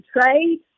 trade